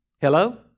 Hello